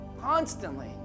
constantly